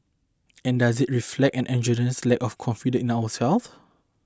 and does it reflect an egregious lack of confidence in ourselves